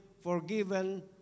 forgiven